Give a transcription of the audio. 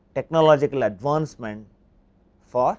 technological advancement for